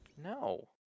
No